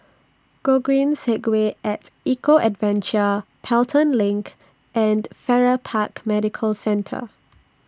Gogreen Segway At Eco Adventure Pelton LINK and Farrer Park Medical Centre